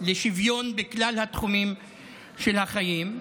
לשוויון בכלל התחומים של החיים,